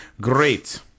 Great